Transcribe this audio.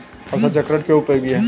फसल चक्रण क्यों उपयोगी है?